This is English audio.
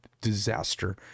disaster